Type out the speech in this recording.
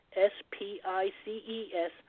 S-P-I-C-E-S